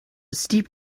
steep